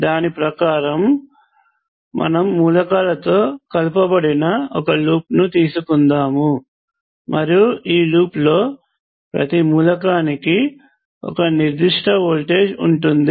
దాని ప్రకారము మనం మూలకాలతో కలపబడిన ఒక లూప్ తీసుకుందాముమరియు ఈ లూప్ లోప్రతి మూలకానికి ఒక నిర్దిష్ట వోల్టేజ్ ఉంటుంది